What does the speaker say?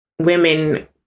women